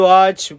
Watch